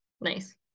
nice